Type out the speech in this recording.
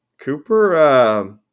Cooper